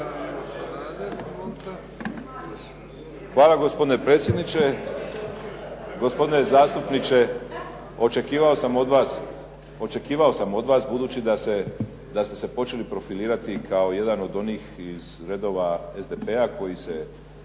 Hvala, gospodine predsjedniče. Gospodine zastupniče, očekivao sam od vas, budući da ste se počeli profilirati kao jedan od onih iz redova SDP-a koji će